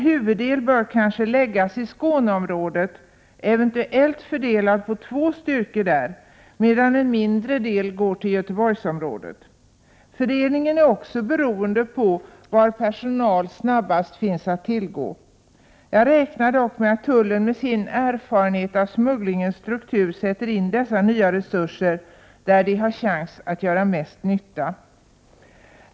Huvuddelen bör kanske läggas i Skåneområdet, eventuellt fördelad på två styrkor, medan en mindre del bör gå till Göteborgsområdet. Fördelningen är också beroende av att det finns snabb tillgång till personal. Jag räknar dock med att tullen, med sin erfarenhet av smugglingens struktur, sätter in dessa nya resurser där de har möjlighet att göra mest nytta.